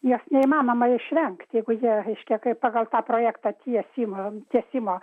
jos neįmanoma išvengti jeigu ją ištekliai pagal tą projektą tiesiai man tiesimo